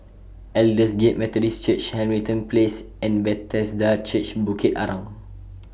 Aldersgate Methodist Church Hamilton Place and Bethesda Church Bukit Arang